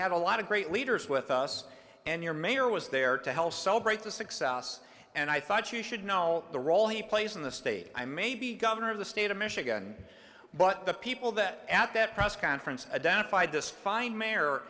had a lot of great leaders with us and your mayor was there to help celebrate the success and i thought you should know the role he plays in the state i may be governor of the state of michigan but the people that at that press conference identified this fine mayor